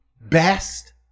best